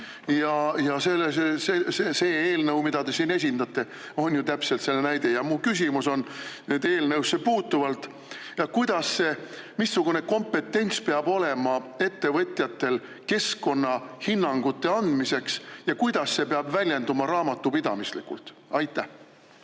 ja see eelnõu, mida te siin esindate, on täpselt selle näide. Ja mu küsimus on nüüd eelnõusse puutuvalt: missugune kompetents peab olema ettevõtjatel keskkonnahinnangute andmiseks ja kuidas see peab väljenduma raamatupidamislikult? Aitäh!